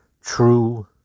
true